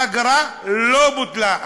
האגרה לא בוטלה,